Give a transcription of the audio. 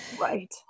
right